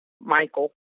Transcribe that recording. Michael